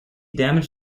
damaged